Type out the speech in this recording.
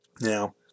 Now